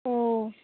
ও